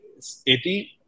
80